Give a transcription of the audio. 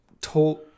told